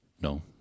No